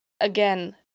again